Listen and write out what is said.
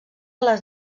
les